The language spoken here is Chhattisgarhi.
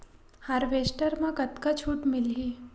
हारवेस्टर म कतका छूट मिलही?